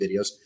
videos